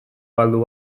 galdu